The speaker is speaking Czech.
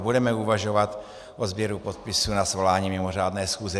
Budeme uvažovat o sběru podpisů na svolání mimořádné schůze.